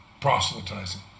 proselytizing